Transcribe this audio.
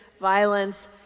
violence